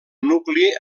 nucli